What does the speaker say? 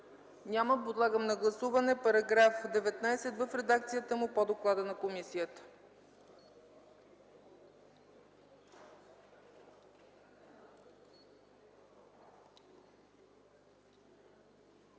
Няма. Подлагам на гласуване чл. 66 в редакцията му по доклада на комисията.